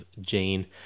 Jane